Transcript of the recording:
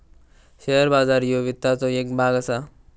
share बाजार ह्यो वित्ताचो येक भाग असा